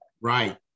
Right